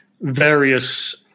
various